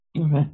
Okay